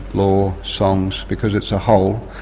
law, songs, because it's a whole,